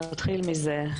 נתחיל מזה,